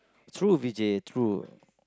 true Vijay true